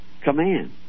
command